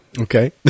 Okay